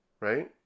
Right